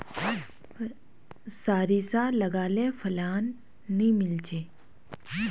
सारिसा लगाले फलान नि मीलचे?